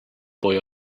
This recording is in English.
boy